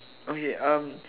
okay uh